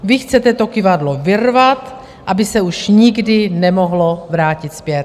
Vy chcete to kyvadlo vyrvat, aby se už nikdy nemohlo vrátit zpět.